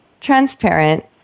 transparent